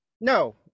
No